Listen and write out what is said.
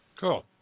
Cool